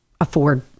afford